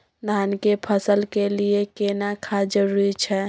धान के फसल के लिये केना खाद जरूरी छै?